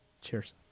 Cheers